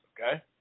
okay